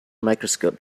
microscope